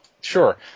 sure